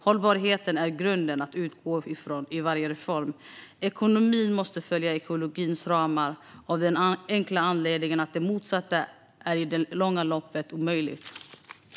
Hållbarheten är grunden att utgå från i varje reform. Ekonomin måste följa ekologins ramar, av den enkla anledningen att det motsatta i det långa loppet är omöjligt.